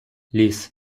ліс